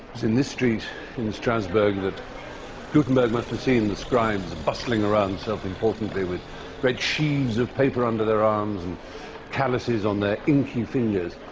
in this street in strasbourg that gutenberg must have seen the scribes bustling around self-importantly with great sheaves of paper under their arms and callouses on their inky fingers.